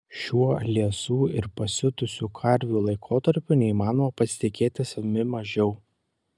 šiuo liesų ir pasiutusių karvių laikotarpiu neįmanoma pasitikėti savimi mažiau